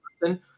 person